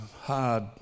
hard